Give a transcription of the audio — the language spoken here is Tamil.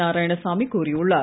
நாராயணசாமி கூறியுள்ளார்